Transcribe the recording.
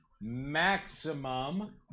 maximum